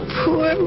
poor